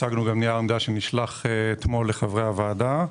הצגנו גם נייר עמדה שנשלח אתמול לחברי הוועדה.